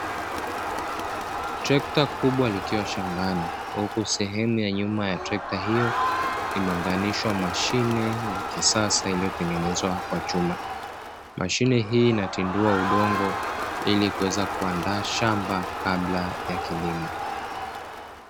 Trekta kubwa likiwa shambani, huku sehemu ya nyuma ya trekta hiyo imeunganishwa mashine ya kisasa iliyotengenezwa kwa chuma. Mashine hii inatindua udongo ili kuweza kuandaa shamba kabla ya kilimo.